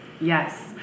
Yes